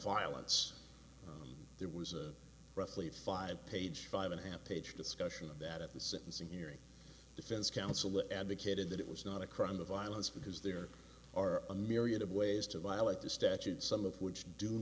violence there was a roughly five page five unhappy age discussion of that at the sentencing hearing defense counsel that advocated that it was not a crime of violence because there are a myriad of ways to violate the statute some of which do